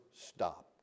stopped